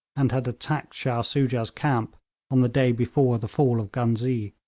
and had attacked shah soojah's camp on the day before the fall of ghuznee.